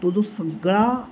तो जो सगळा